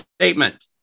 statement